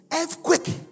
earthquake